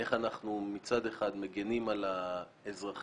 איך אנחנו מצד אחד מגינים על האזרחים